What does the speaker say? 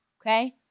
Okay